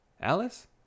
Alice